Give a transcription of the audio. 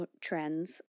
trends